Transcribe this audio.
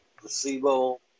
placebo